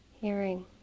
hearing